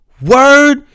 Word